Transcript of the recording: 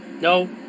No